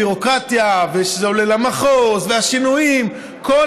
הביורוקרטיה ושזה עולה למחוז והשינויים כל